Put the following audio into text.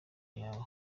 yawe